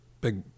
big